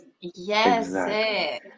Yes